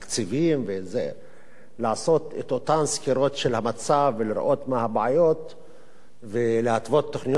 את אותן סקירות של המצב ולראות מה הבעיות ולהתוות תוכניות על-פי זה,